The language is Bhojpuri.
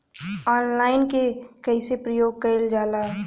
ऑनलाइन के कइसे प्रयोग कइल जाला?